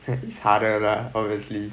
it is harder lah obviously